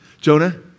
Jonah